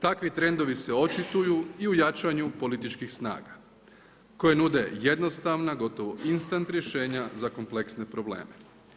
Takvi trendovi se očituju i u jačanju političkih snaga koje nude jednostavna, gotovo instant rješenja za kompleksne probleme.